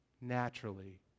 naturally